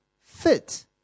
fit